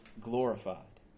glorified